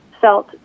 felt